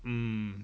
um